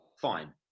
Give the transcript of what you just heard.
fine